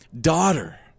daughter